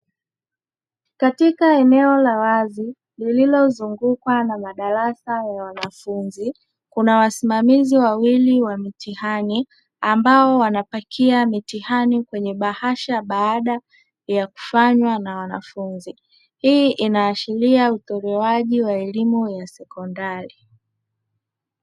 Katika eneo la wazi lililozungukwa na madarasa ya wanafunzi, kuna wasimamizi wawili wa mitihani ambao wanapakia mitihani kwenye bahasha baada ya kufanywa na wanafunzi; hii inaashiria utolewaji wa elimu ya sekondari.